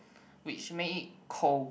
which make it cold